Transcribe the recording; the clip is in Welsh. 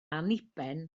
anniben